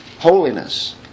Holiness